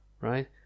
right